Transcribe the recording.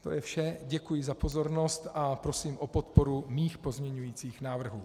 To je vše, děkuji za pozornost a prosím o podporu mých pozměňujících návrhů.